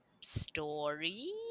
story